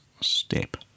step